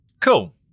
Cool